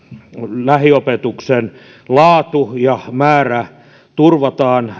lähiopetuksen laatu ja määrä turvataan